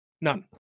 None